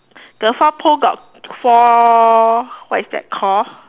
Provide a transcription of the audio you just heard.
the four pole got four what is that call